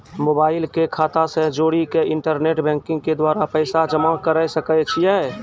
Mobile के खाता से जोड़ी के इंटरनेट बैंकिंग के द्वारा पैसा जमा करे सकय छियै?